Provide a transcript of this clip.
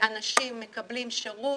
אנשים מקבלים שירות,